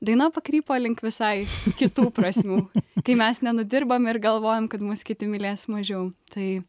daina pakrypo link visai kitų prasmių kai mes nenudirbam ir galvojam kad mus kiti mylės mažiau tai